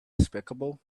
despicable